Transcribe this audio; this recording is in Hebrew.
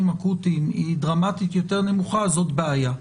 אקוטיים היא דרמטית יותר נמוכה זאת בעיה.